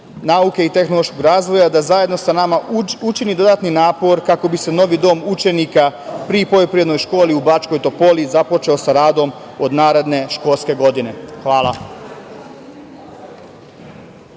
nauke i tehnološkog razvoja da zajedno sa nama učini dodatni napor kako bi novi dom učenika pri Poljoprivrednoj školi u Bačkoj Topoli započeo sa radom od naredne školske godine. Hvala.